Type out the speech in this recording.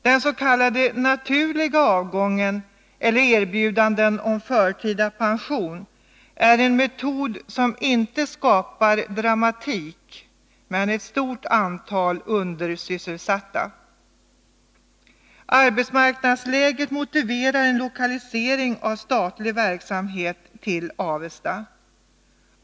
Den s.k. naturliga avgången eller erbjudanden om förtida pension är metoder som inte medför dramatik men väl ett stort antal undersysselsatta. Arbetsmarknadsläget motiverar en lokalisering av statlig verksamhet till Avesta.